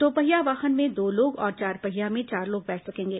दो पहिया वाहन में दो लोग और चार पहिया में चार लोग बैठ सकेंगे